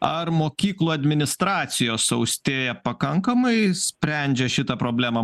ar mokyklų administracijos austėja pakankamai sprendžia šitą problemą